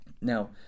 now